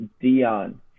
Dion